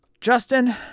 Justin